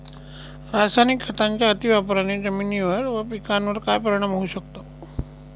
रासायनिक खतांच्या अतिवापराने जमिनीवर व पिकावर काय परिणाम होऊ शकतो?